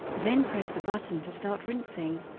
then press the button to start rinsing.